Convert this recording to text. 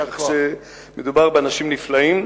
שמדובר באנשים נפלאים.